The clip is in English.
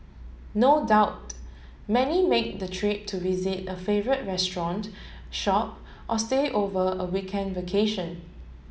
no doubt many make the trip to visit a favourite restaurant shop or stay over a weekend vacation